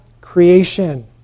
creation